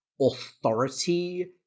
authority